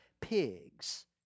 pigs